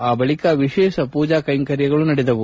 ಆ ಬಳಿಕ ವಿಶೇಷ ಪೂಜಾ ಕೈಂಕರ್ಯಗಳು ನಡೆದವು